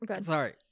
Sorry